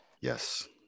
Yes